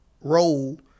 role